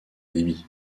débit